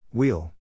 Wheel